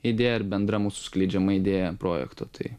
idėja ar bendra mūsų skleidžiama idėja projekto tai